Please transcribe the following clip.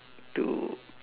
to